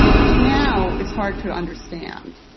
which now it's hard to understand.